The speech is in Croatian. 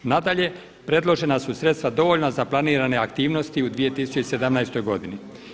Nadalje, predložena su sredstva dovoljna za planirane aktivnosti u 2017. godini.